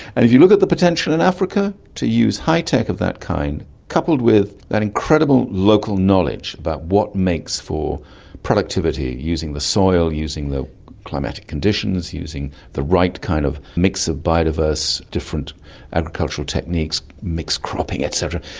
and if you look at the potential in africa to use high-tech of that kind, coupled with that incredible local knowledge about what makes for productivity using the soil, using the climatic conditions, using the right kind of mix of bio-diverse different agricultural techniques, mixed cropping et cetera,